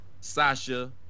Sasha